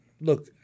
look